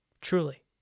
truly